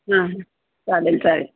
हां हां चालेल चालेल